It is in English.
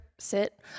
sit